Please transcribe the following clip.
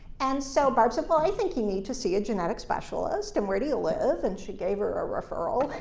and so barb said, well, i think you need to see a genetic specialist. and where do you live? live? and she gave her a referral.